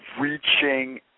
reaching